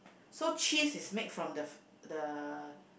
so cheese is make from the the